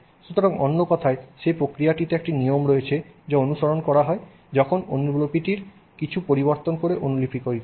সুতরাং অন্য কথায় সেই প্রক্রিয়াটিতে একটি নিয়ম রয়েছে যা অনুসরণ করা হয় যখন অনুলিপিটির কিছু পরিবর্তন করে অনুলিপি তৈরি করা হয়